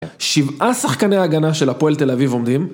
שבעה שחקני הגנה של הפועל תל אביב עומדים